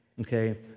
Okay